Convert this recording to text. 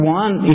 one